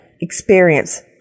experience